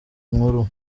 nkuru